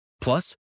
Plus